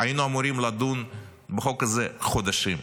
היינו אמורים לדון בחוק הזה חודשים,